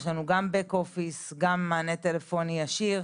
יש לנו גם בק אופיס, גם מענה טלפוני ישיר,